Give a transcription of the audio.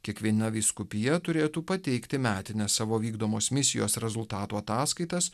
kiekviena vyskupija turėtų pateikti metines savo vykdomos misijos rezultatų ataskaitas